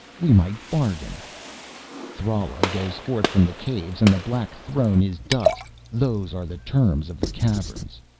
we might bargain thrala goes forth from the caves and the black throne is dust, those are the terms of the caverns.